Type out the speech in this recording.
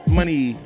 money